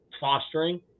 fostering